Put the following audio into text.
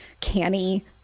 canny